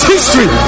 History